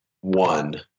one